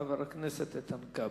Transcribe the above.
חבר הכנסת איתן כבל.